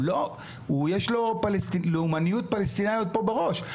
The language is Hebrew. כי יש לו לאומית פלסטינית בראש.